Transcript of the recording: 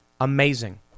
Amazing